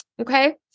Okay